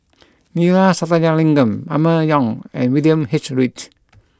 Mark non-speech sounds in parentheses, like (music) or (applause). (noise) Neila Sathyalingam Emma Yong and William H Read